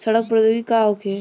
सड़न प्रधौगिकी का होखे?